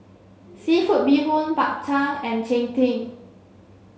Seafood Bee Hoon Bak Chang and Cheng Tng